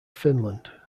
finland